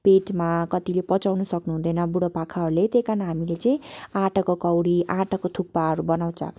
पेटमा कतिले पचाउनु सक्नु हुँदैन बुढो पाकाहरूले त्यही कारण हामीले चाहिँ आटाको कौडी आटाको थुक्पाहरू बनाउँछ